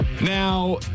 Now